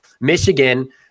Michigan –